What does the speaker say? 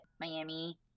Miami